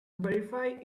verify